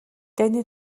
дайны